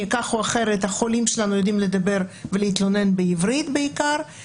כי כך או אחרת החולים שלנו יודעים לדבר ולהתלונן בעברית בעיקר,